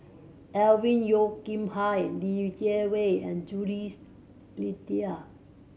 Alvin Yeo Khirn Hai Li Jiawei and Jules Itier